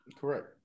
Correct